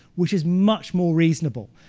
which is much more reasonable.